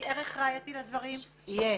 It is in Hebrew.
כי ערך ראייתי לדברים יהיה